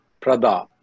Prada